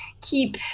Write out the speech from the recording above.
keep